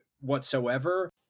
whatsoever